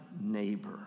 neighbor